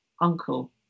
uncle